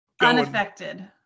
Unaffected